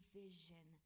vision